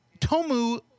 Tomu